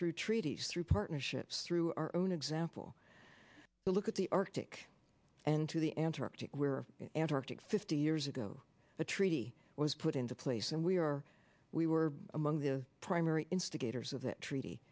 through treaties through partnerships through our own example look at the arctic and to the antarctic where antarctic fifty years ago the treaty was put into place and we are we were among the primary instigators of that treaty